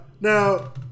now